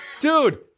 Dude